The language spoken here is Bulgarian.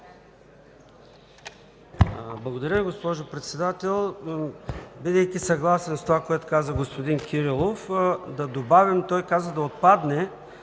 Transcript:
Благодаря Ви, госпожо Председател. Бидейки съгласен с това, което каза господин Кирилов, а той каза да отпадне